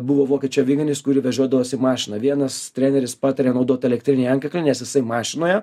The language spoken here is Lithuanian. buvo vokiečių aviganis kurį vežiodavosi mašinoj vienas treneris patarė naudot elektrinį antkaklį nes jisai mašinoje